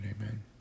amen